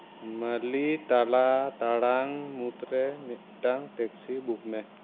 ᱢᱟᱹᱞᱤ ᱛᱟᱞᱟ ᱴᱟᱲᱟᱝ ᱢᱩᱫᱽᱨᱮ ᱢᱤᱫᱴᱟᱝ ᱴᱮᱠᱥᱤ ᱵᱩᱠ ᱢᱮ